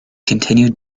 continued